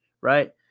Right